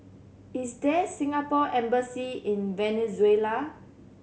is there Singapore Embassy in Venezuela